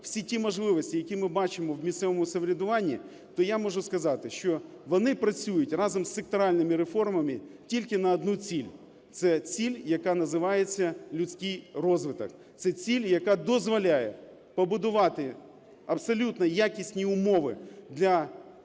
всі ті можливості, які ми бачимо в місцевому самоврядуванні, то я можу сказати, що вони працюють разом з секторальними реформами тільки на одну ціль - це ціль, яка називається "людський розвиток", це ціль, яка дозволяє побудувати абсолютно якісні умови для human